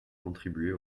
contribuer